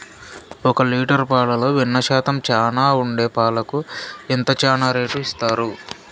ఒక లీటర్ పాలలో వెన్న శాతం చానా ఉండే పాలకు ఎంత చానా రేటు ఇస్తారు?